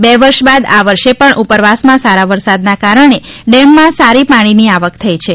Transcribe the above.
બે વર્ષ બાદ આ વર્ષ પણ ઉપરવાસમાં સારા વરસાદના કારણે ડેમમાં સારી પાણીની આવક થઇ છે